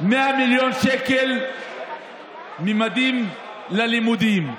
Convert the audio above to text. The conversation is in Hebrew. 100 מיליון שקל לממדים ללימודים,